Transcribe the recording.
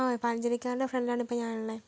പഞ്ചിനിക്കാരന്റെ ഫ്രണ്ടിലാണ് ഇപ്പം ഞാനുള്ളത്